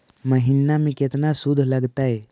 महिना में केतना शुद्ध लगतै?